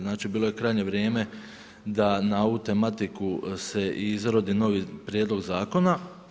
Znači bilo je krajnje vrijeme da na ovu tematiku se izrodi novi prijedlog zakona.